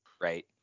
right